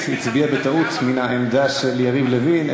הצביעה בטעות מן העמדה של יריב לוין.